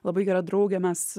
labai gera draugė mes